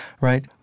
Right